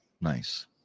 nice